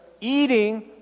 eating